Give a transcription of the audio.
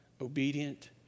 Obedient